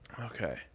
Okay